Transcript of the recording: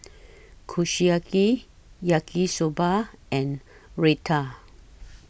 Kushiyaki Yaki Soba and Raita